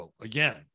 again